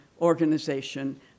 organization